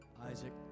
Isaac